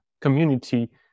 community